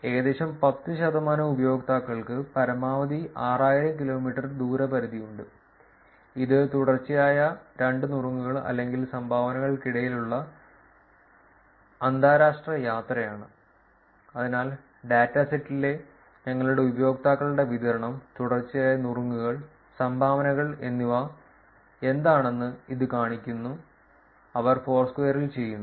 ഏകദേശം പത്ത് ശതമാനം ഉപയോക്താക്കൾക്ക് പരമാവധി 6000 കിലോമീറ്റർ ദൂരപരിധി ഉണ്ട് ഇത് തുടർച്ചയായ രണ്ട് നുറുങ്ങുകൾ അല്ലെങ്കിൽ സംഭാവനകൾക്കിടയിലുള്ള അന്താരാഷ്ട്ര യാത്രയാണ് അതിനാൽ ഡാറ്റാസെറ്റിലെ ഞങ്ങളുടെ ഉപയോക്താക്കളുടെ വിതരണം തുടർച്ചയായ നുറുങ്ങുകൾ സംഭാവനകൾ എന്നിവ എന്താണെന്ന് ഇത് കാണിക്കുന്നു അവർ ഫോർസ്ക്വയറിൽ ചെയ്യുന്നു